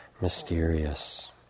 Mysterious